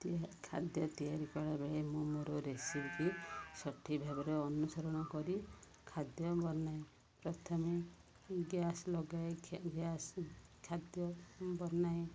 ତି ଖାଦ୍ୟ ତିଆରି କଲାବେଳେ ମୁଁ ମୋର ରେସିପି ସଠିକ ଭାବରେ ଅନୁସରଣ କରି ଖାଦ୍ୟ ବନାଏ ପ୍ରଥମେ ଗ୍ୟାସ୍ ଲଗାଏ ଗ୍ୟାସ୍ ଖାଦ୍ୟ ବନାଏ